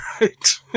right